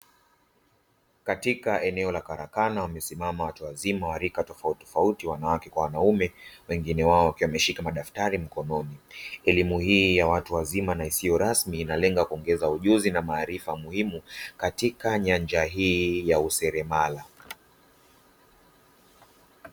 Katika eneo la karakana wamesimama watu wazima wa rika tofautitofauti wanawake kwa wanaume, wengine wao wakiwa wameshika madaftari mkononi, elimu hii ya watu wazima na isiyo rasmi inalenga kuongeza ujuzi na maarifa muhimu katika nyanja hii ya useremala.